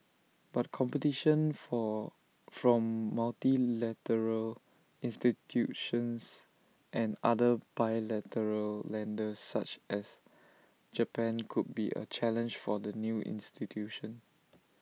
but competition from from multilateral institutions and other bilateral lenders such as Japan could be A challenge for the new institution